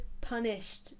punished